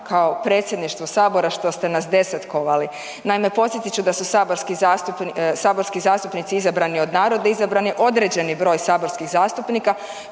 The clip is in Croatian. kao Predsjedništvu Sabora što ste nas desetkovali. Naime, podsjetit ću da su saborski zastupnici izabrani od naroda i izabrani određeni broj saborskih zastupnika